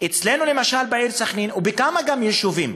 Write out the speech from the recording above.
אצלנו, בעיר סח'נין, ובכמה יישובים,